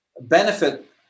benefit